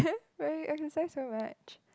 but you exercise so much